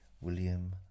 William